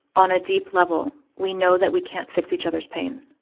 on a deep level, we know that we can't fix each other's pain.